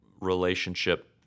relationship